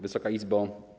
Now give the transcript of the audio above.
Wysoka Izbo!